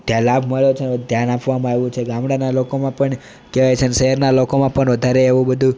ત્યાં લાભ મળ્યો છે ને ધ્યાન આપવામાં આવ્યું છે ગામડાના લોકોમાં પણ કહેવાય છેને શેહેરના લોકોમાં પણ વધારે એવું બધું